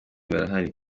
bahari